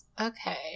Okay